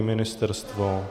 Ministerstvo?